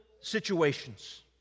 situations